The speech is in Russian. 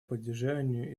поддержания